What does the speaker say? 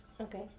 Okay